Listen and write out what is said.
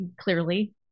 Clearly